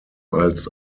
als